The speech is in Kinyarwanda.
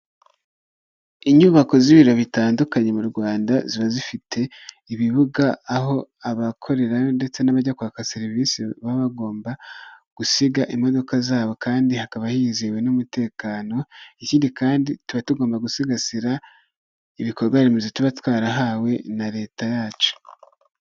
Inyubako z'ibiro bitandukanye mu Rwanda ziba zifite ibibuga aho abakorerayo ndetse n'abajya kwaka serivisi baba bagomba gusiga imodoka zabo kandi hakaba hizizehiwe n'umutekano, ikindi kandi tuba tugomba gusigasira ibikorwa remezo tuba twarahawe na leta yacu.